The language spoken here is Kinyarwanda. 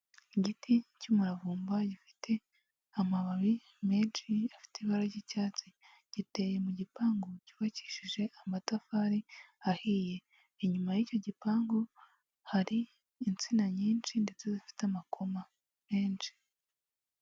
Igiti cy'umuravumba gifite amababi menshi afite ibara ry'icyatsi, giteye mu gipangu cyubakishije amatafari ahiye, inyuma y'icyo gipangu hari insina nyinshi ndetse zifite amakoma menshi.